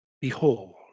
Behold